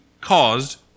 caused